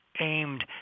aimed